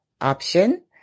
option